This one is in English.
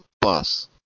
bus